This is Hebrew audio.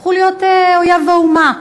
הפכו להיות אויב האומה.